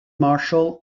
marshall